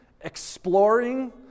exploring